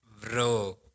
Bro